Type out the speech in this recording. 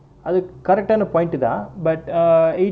அது:athu correct ஆன:aana point தான்:thaan but err